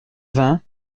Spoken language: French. vingt